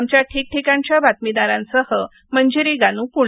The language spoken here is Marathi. आमच्या ठिकठिकाणच्या बातमीदारांसह मंजिरी गानू पुणे